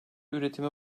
üretime